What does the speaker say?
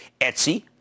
Etsy